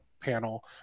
panel